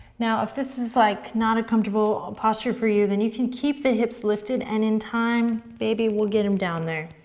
now if this is like not a comfortable posture for you then you can keep the hips lifted, and in time baby, we'll get them down there.